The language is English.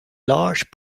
large